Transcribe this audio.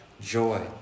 joy